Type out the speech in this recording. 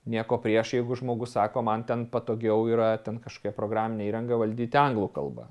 nieko prieš jeigu žmogus sako man ten patogiau yra ten kažkokią programinę įrangą valdyti anglų kalba